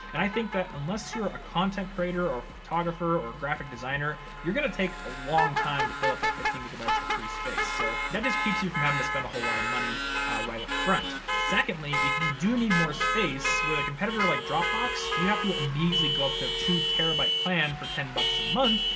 and i think that unless you're a content creator or photographer or graphic designer, you're gonna take a long time to fill up that fifteen gigabytes of free space. so that just keeps you from having to spend a whole lot of money right up front. secondly, if you do need more space, with a competitor like dropbox, you have to immediately go up to their two terabyte plan for ten bucks a month.